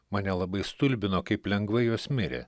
mane labai stulbino kaip lengvai jos mirė